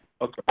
Okay